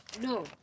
No